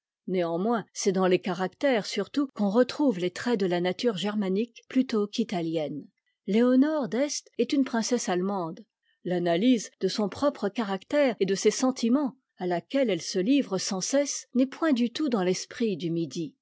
néanmoins c'est dans les caractères surtout qu'on retrouve les traits de la nature germanique plutôt qu'italienne léonore d'est est une princesse allemande l'analyse de son propre caractère et de ses sentiments à laquelle elle se livre sans cesse n'est point du tout dans l'esprit du midi